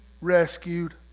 rescued